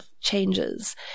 changes